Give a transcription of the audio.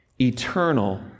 Eternal